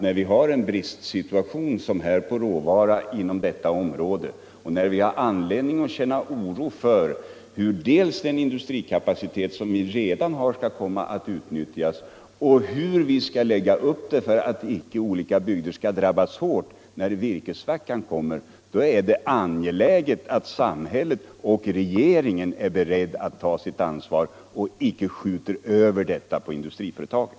När vi har en brist på råvara, som vi har inom detta område, och när vi har anledning att känna oro för dels hur den industrikapacitet som vi redan har skall kunna utnyttjas, dels hur vi skall lögga upp det hela för att inte olika bygder skall drabbas hårt då virkessvackan kommer — så är det självfallet angeläget att samhätllet och regeringen är beredda att ta sitt ansvar och icke skjuter över detta på industriföretagen.